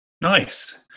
Nice